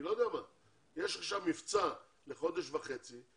יש עכשיו מבצע לחודש וחצי,